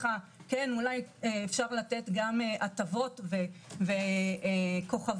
אולי אפשר לתת גם הטבות וכוכבים,